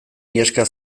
iheska